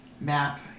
map